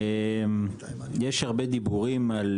יש הרבה דיבורים על